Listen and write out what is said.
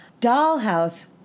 Dollhouse